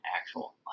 Actual